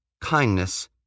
kindness